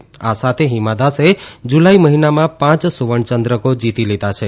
આ સાથે હિમા દાસે જુલાઇ મહિનામાં પાંચ સુવર્ણચંદ્રક જીતી લીધા છે